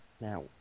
now